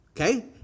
Okay